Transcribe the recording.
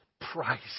price